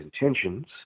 intentions